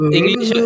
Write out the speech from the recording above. English